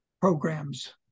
programs